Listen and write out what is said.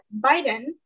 Biden